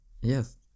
Yes